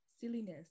silliness